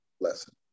lesson